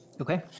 Okay